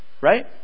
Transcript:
Right